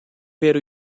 ver